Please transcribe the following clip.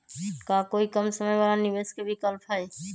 का कोई कम समय वाला निवेस के विकल्प हई?